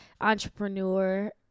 entrepreneur